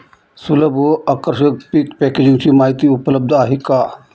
सुलभ व आकर्षक पीक पॅकेजिंग माहिती उपलब्ध आहे का?